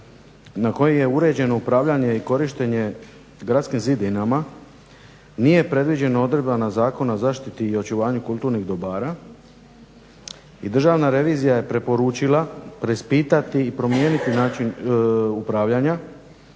na koji je uređeno upravljanje i korištenje gradskim zidinama nije predviđeno odredbama Zakona o zaštiti i očuvanju kulturnih dobara. I državna revizija je preporučila preispitati i promijeniti način upravljanja